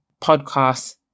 podcast